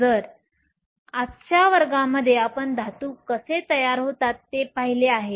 तर आजच्या वर्गात आपण धातू कसे तयार होतात ते पाहिले आहे